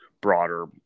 broader